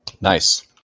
Nice